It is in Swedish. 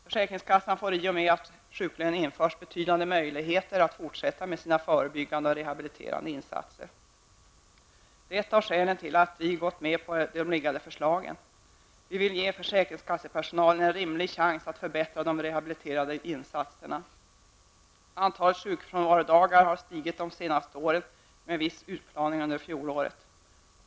Försäkringskassan får i och med att sjuklön införs betydande möjligheter att fortsätta med sina förebyggande och rehabiliterande insatser. Det är ett av skälen till att vi gått med på de föreliggande förslagen. Vi vill ge försäkringskassepersonalen en rimlig chans att förbättra de rehabiliterande insatserna. Antalet sjukfrånvarodagar har stigit de senaste åren med en viss utplaning under fjolåret.